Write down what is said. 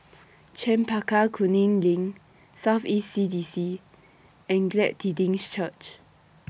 Chempaka Kuning LINK South East C D C and Glad Tidings Church